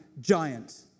giant